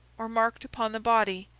or marked upon the body,